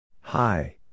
Hi